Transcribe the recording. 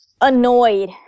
annoyed